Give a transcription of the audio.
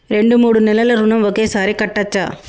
రెండు మూడు నెలల ఋణం ఒకేసారి కట్టచ్చా?